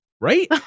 right